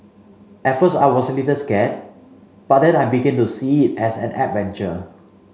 at first I was a little scared but then I began to see it as an adventure